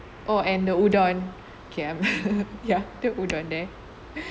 oh and the udon okay I'm ya the udon there